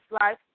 life